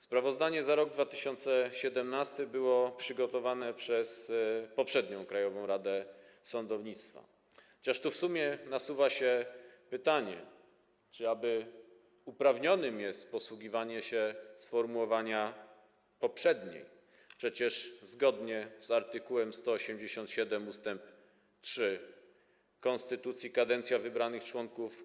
Sprawozdanie za rok 2017 było przygotowane przez poprzednią Krajową Radę Sądownictwa, chociaż w sumie nasuwa się pytanie, czy aby uprawnione jest posługiwanie się sformułowaniem „poprzednią” - przecież zgodnie z art. 187 ust. 3 konstytucji kadencja wybranych członków